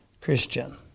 Christian